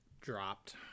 dropped